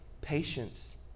patience